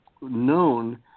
known